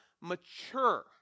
mature